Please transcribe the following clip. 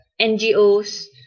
NGO's